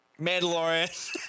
Mandalorian